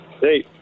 Hey